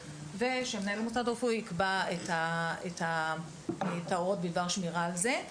ושהמנהל המוסד הרפואי יקבע את ההוראות בדבר שמירה על זה.